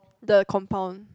the compound